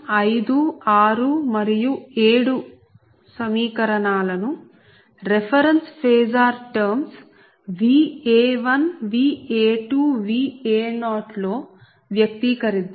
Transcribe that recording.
5 6 మరియు 7 సమీకరణాలను reference phasor terms Va1Va2Va0 లో వ్యక్తీకరిద్దాం